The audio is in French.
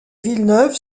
villeneuve